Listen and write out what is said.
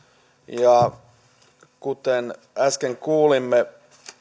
ja kuten äsken kuulimme